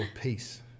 peace